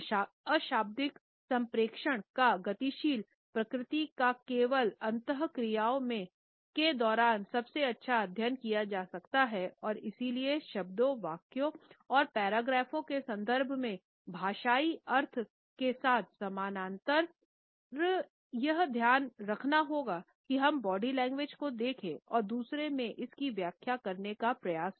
अशाब्दिक संप्रेषण का गतिशील प्रकृति का केवल अंतःक्रियाओं के दौरान सबसे अच्छा अध्ययन किया जा सकता है और इसलिए शब्दों वाक्यों और पैराग्राफों के संदर्भ में भाषाई अर्थ के साथ समानांतर यह ध्यान रखना होगा कि हम बॉडी लैंग्वेज को देखें और दूसरों में इसकी व्याख्या करने का प्रयास करें